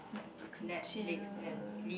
Netflix and chill